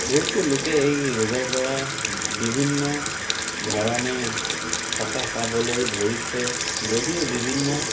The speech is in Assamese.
বহুতো লোকে এই ৰোগৰপৰা বিভিন্ন ধৰণে সকাহ পাবলৈ ধৰিছে যদিও বিভিন্ন